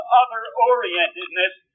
other-orientedness